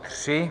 3.